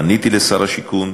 פניתי לשר השיכון,